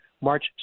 March